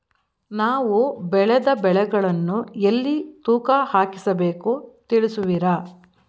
ನಾವು ಬೆಳೆದ ಬೆಳೆಗಳನ್ನು ಎಲ್ಲಿ ತೂಕ ಹಾಕಿಸಬೇಕು ತಿಳಿಸುವಿರಾ?